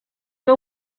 que